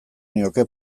nioke